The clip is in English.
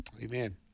Amen